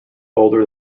older